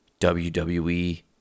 wwe